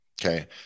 Okay